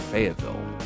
Fayetteville